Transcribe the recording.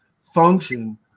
function